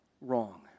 wrong